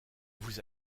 vous